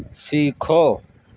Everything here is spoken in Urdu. سیکھو